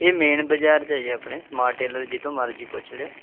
ਇਹ ਮੇਨ ਬਾਜ਼ਾਰ 'ਚ ਆ ਜੀ ਆਪਣੇ ਸਮਾਟ ਟੇਲਰ ਜਿਸ ਤੋਂ ਮਰਜ਼ੀ ਪੁੱਛ ਲਿਓ